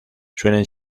suelen